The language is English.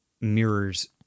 mirrors